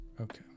Okay